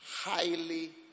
highly